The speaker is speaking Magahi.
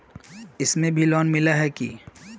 इसमें भी लोन मिला है की